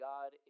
God